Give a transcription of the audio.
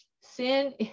Sin